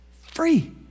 free